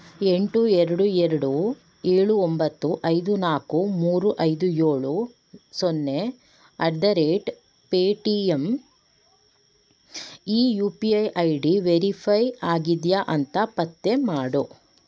ಎಂಟು ಎರಡು ಎರಡು ಏಳು ಒಂಬತ್ತು ಐದು ನಾಲ್ಕು ಮೂರು ಐದು ಏಳು ಸೊನ್ನೆ ಅಟ್ ದ ರೇಟ್ ಪೇಟಿಎಮ್ ಈ U P I I D verify ಆಗಿದೆಯಾ ಅಂತ ಪತ್ತೆ ಮಾಡು